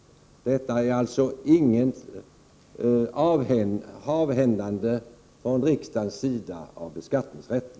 Detta innebär alltså inte att riksdagen avhänder sig beskattningsrätten.